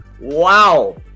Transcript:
wow